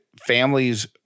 families